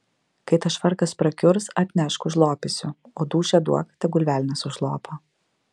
kai tas švarkas prakiurs atnešk užlopysiu o dūšią duok tegul velnias užlopo